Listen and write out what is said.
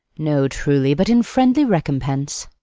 no, truly, but in friendly recompense.